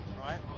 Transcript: right